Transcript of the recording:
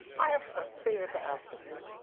i have a favor to ask of you.